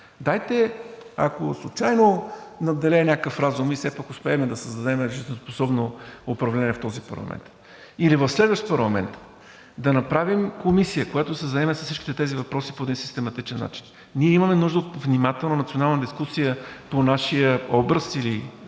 Дайте, ако случайно надделее някакъв разум и все пак успеем да създадем жизнеспособно управление в този парламент, или в следващ парламент, да направим комисия, която да се заеме с всичките тези въпроси по един систематичен начин. Ние имаме нужда от внимателна национална дискусия по нашия образ или